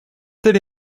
telle